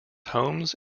homes